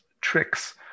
tricks